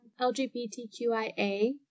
lgbtqia